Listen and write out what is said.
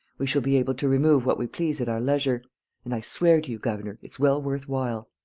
we shall be able to remove what we please at our leisure and i swear to you, governor, it's well worth while.